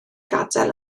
gadael